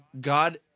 god